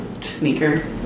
sneaker